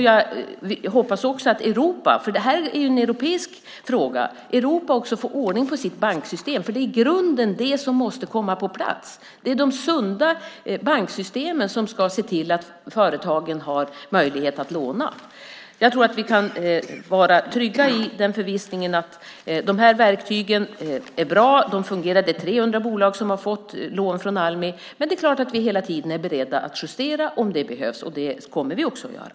Jag hoppas också att Europa - för det här är ju en europeisk fråga - också får ordning på sitt banksystem, för det är i grunden det som måste komma på plats. Det är de sunda banksystemen som ska se till att företagen har möjlighet att låna. Jag tror att vi kan vara trygga i förvissningen att de här verktygen är bra. De fungerar. Det är 300 bolag som har fått lån från Almi, men det är klart att vi hela tiden är beredda att justera om det behövs, och det kommer vi också att göra.